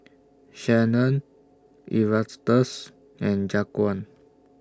Shanon Erastus and Jaquan